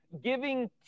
giving